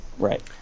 Right